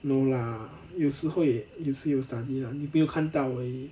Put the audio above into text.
no lah 有时候也有时候有 study lah 你没有看到而已